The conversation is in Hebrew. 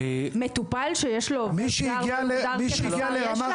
מטופל שיש לו עובד זר לא יוגדר כחסר ישע?